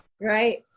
right